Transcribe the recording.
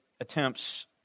attempts